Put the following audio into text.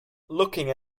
looking